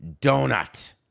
donut